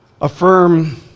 affirm